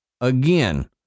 Again